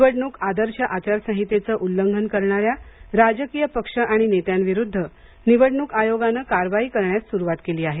निवडणूक आदर्श आचारसंहितेचं उल्लंघन करणाऱ्या राजकीय पक्ष आणि नेत्यांविरुद्ध निवडणूक आयोगाने कारवाई करण्यात सुरुवात केली आहे